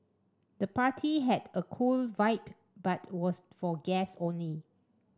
the party had a cool vibe but was for guests only